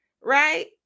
Right